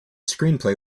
screenplay